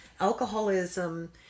alcoholism